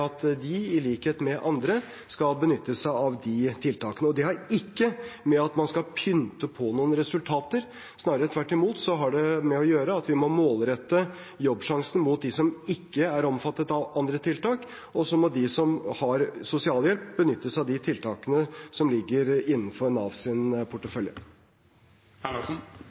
at de i likhet med andre skal benytte seg av de tiltakene. Det har ikke å gjøre med at man skal pynte på noen resultater. Snarere tvert imot, det har å gjøre med at vi må målrette Jobbsjansen mot dem som ikke er omfattet av andre tiltak, og så må de som har sosialhjelp, benytte seg av de tiltakene som ligger innenfor Navs portefølje.